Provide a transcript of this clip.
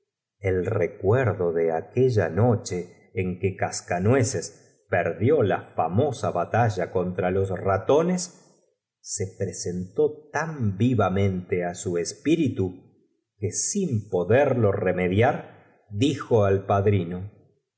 haces do de aquell a nocho en que casca nueces perdió la famosa batalla contra los ratones se presen tó tan i va mente á su esplritu ue sin poderlo l'gmed iar dijo al padrino